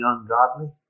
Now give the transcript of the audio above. ungodly